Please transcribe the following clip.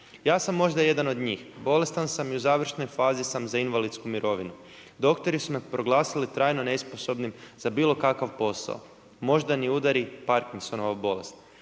Ja sam možda jedan od njih, bolestan sam i u završnoj fazi sam za invalidsku mirovinu. Doktori su me proglasili trajno nesposobnim za bilo kakav posao moždani udari, Parkinsonova bolest.